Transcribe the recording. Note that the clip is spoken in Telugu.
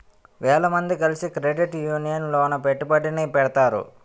వేల మంది కలిసి క్రెడిట్ యూనియన్ లోన పెట్టుబడిని పెడతారు